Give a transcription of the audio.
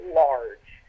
large